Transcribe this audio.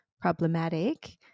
problematic